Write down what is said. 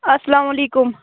اَسلامُ علیکُم